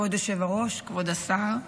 כבוד היושב-ראש, כבוד השר,